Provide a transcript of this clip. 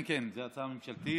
כן, זו הצעה ממשלתית.